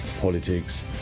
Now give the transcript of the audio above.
Politics